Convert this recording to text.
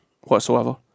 whatsoever